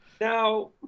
Now